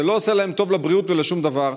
זה לא עושה להם טוב לבריאות ולשום דבר.